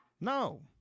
No